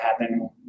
happen